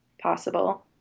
possible